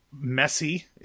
messy